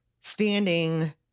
standing